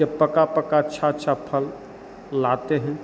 यह पका पका अच्छा अच्छा फल लाते हैं